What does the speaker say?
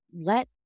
let